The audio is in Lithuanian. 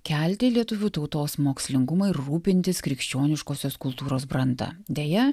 kelti lietuvių tautos mokslingumo ir rūpintis krikščioniškosios kultūros brandą deja